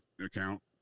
account